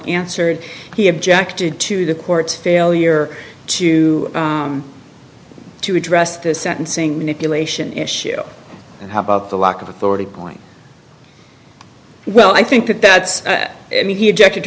answered he objected to the court's failure to to address this sentencing manipulation issue and how about the lack of authority point well i think that that mean he objected to